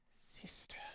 Sister